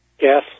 Yes